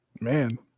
man